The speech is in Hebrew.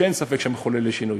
שאין ספק שהם מחוללי שינוי,